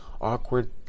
awkward